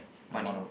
funny